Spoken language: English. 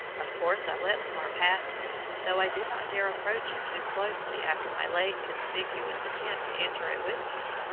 of course i let the car pass me, though i did not dare approach him too closely after my late conspicuous attempt to enter it with him.